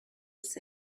was